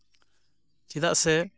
ᱪᱮᱫᱟᱜ ᱥᱮ